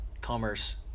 Commerce